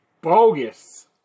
bogus